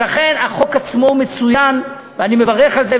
ולכן, החוק עצמו הוא מצוין, ואני מברך על זה.